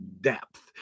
depth